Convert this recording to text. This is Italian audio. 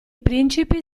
principi